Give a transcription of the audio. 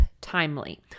timely